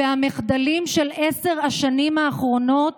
והמחדלים של עשר השנים האחרונות,